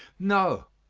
no,